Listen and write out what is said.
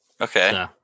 Okay